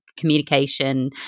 communication